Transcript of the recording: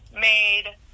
made